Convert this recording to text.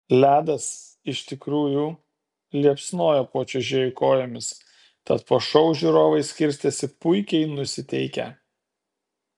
ledas iš tikrųjų liepsnojo po čiuožėjų kojomis tad po šou žiūrovai skirstėsi puikiai nusiteikę